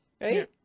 Right